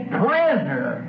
prisoner